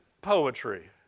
poetry